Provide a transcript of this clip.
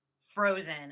frozen